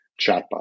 chatbot